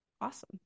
Awesome